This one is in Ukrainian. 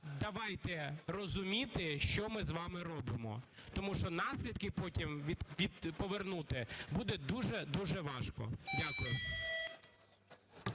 давайте розуміти, що ми з вами робимо, тому що наслідки потім, повернути буде дуже-дуже важко. Дякую.